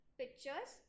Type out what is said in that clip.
pictures